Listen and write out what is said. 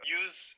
use